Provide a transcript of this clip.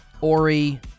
Ori